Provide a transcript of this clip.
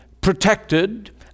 protected